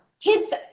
kids